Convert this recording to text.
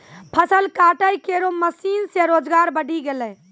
फसल काटै केरो मसीन सें रोजगार बढ़ी गेलै